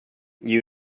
you